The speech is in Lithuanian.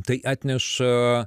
tai atneša